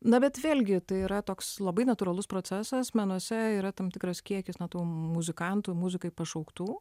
na bet vėlgi tai yra toks labai natūralus procesas menuose yra tam tikras kiekis na tų muzikantų muzikai pašauktų